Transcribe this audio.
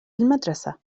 المدرسة